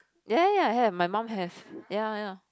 ya ya ya I have my mum have ya ya ya